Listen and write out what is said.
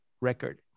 record